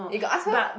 you got ask her